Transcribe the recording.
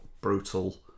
Brutal